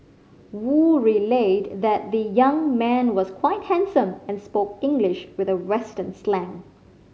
Wu relayed that the young man was quite handsome and spoke English with a western slang